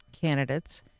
candidates